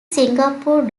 singapore